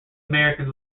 americans